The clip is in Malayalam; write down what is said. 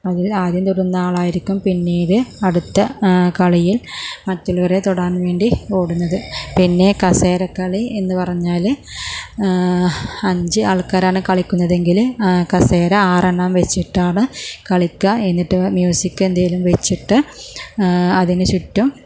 അതിൽ ആദ്യം തൊടുന്ന ആളായിരിക്കും പിന്നീട് അടുത്ത കളിയിൽ മറ്റുള്ളരെ തൊടാൻ വേണ്ടി ഓടുന്നത് പിന്നെ കസേരകളി എന്നു പറഞ്ഞാല് അഞ്ച് ആൾക്കാരാണ് കളിക്കുന്നതെങ്കില് കസേര ആറെണ്ണം വച്ചിട്ടാണ് കളിക്കുക എന്നിട്ട് മ്യൂസിക് എന്തേലും വച്ചിട്ട് അതിനു ചുറ്റും